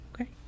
okay